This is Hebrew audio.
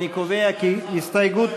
אני קובע כי הסתייגות,